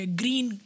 green